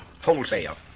wholesale